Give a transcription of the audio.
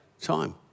time